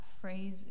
phrase